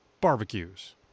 barbecues